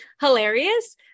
hilarious